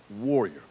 warrior